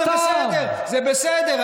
זה בסדר,